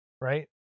right